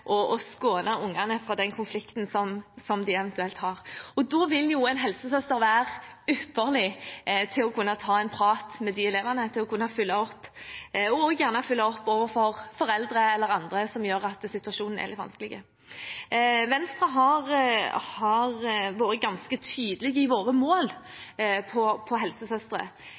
å skåne ungene for den konflikten som de eventuelt har. Da vil en helsesøster være ypperlig til å kunne ta en prat med de elevene, til å kunne følge opp, og også gjerne følge opp overfor foreldre eller andre som gjør at situasjonen er litt vanskelig. Venstre har vært ganske tydelig i sine mål når det gjelder helsesøstre.